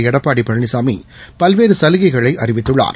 எடப்பாடிபழனிசாமிபல்வேறுகலுகைகளைஅறிவித்துள்ளார்